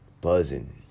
buzzing